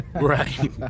Right